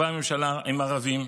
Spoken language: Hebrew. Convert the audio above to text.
ובאה ממשלה עם ערבים.